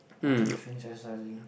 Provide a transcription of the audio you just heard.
after you finish exercising